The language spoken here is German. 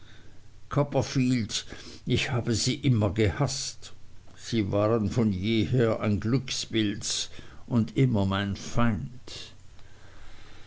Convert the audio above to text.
copperfield ich habe sie immer gehaßt sie waren von jeher ein glückspilz und immer mein feind